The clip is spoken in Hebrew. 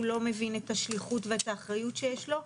לא מבין את השליחות ואת האחריות שיש לו,